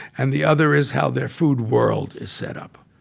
and the other is how their food world is set up.